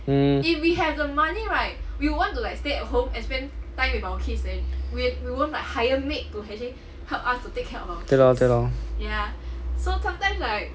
mm 对咯对咯